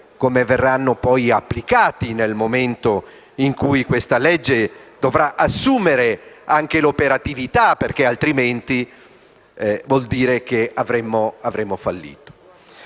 come verranno poi applicati, nel momento in cui questo provvedimento dovrà avere anche operatività, perché altrimenti vuol dire che avremo fallito.